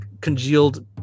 congealed